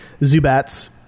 Zubats